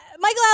Michael